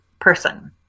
person